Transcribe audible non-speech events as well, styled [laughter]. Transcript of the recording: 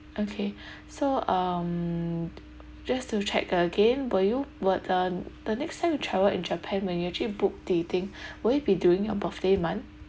okay [breath] so um just to check again were you were the the next time you travel in japan when you actually book the thing would it be during your birthday month